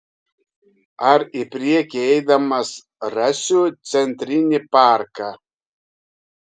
ar į priekį eidamas rasiu centrinį parką